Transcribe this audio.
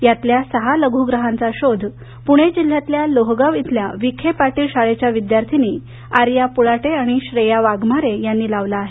यातल्या सहा लघुग्रहांचा शोध पुणे जिल्ह्यातल्या लोहगाव इथल्या विखे पाटील शाळेच्या विद्यार्थीनी आर्या पुलाटे आणि श्रेया वाघमारे यांनी लावला आहे